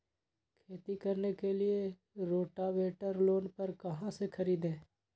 खेती करने के लिए रोटावेटर लोन पर कहाँ से खरीदे?